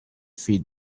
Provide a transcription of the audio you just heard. feed